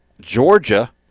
Georgia